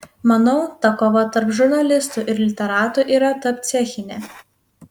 manau ta kova tarp žurnalistų ir literatų yra tarpcechinė